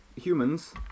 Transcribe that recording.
humans